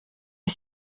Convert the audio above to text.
die